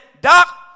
doc